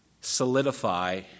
solidify